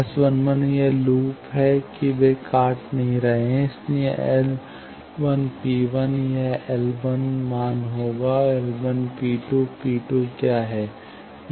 S 11 यह loop है कि वे काट नहीं रहे हैं इसलिए L P यह L मान होगा L P P क्या है